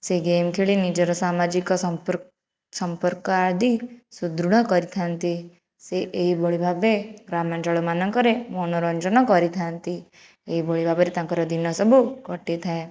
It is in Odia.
ସେ ଗେମ୍ ଖେଳି ନିଜର ସାମାଜିକ ସମପୃ ସମ୍ପର୍କ ଆଦି ସୁଦୃଢ଼ କରିଥାନ୍ତି ସେ ଏହିଭଳି ଭାବେ ଗ୍ରାମାଞ୍ଚଳମାନଙ୍କରେ ମନୋରଞ୍ଜନ କରିଥାନ୍ତି ଏହିଭଳି ଭାବରେ ତାଙ୍କର ଦିନ ସବୁ କଟିଥାଏ